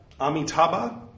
Amitabha